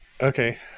Okay